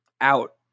out